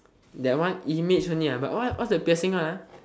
that one image only what's the piercing one